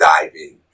diving